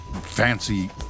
fancy